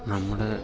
നമ്മുടെ